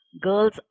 girls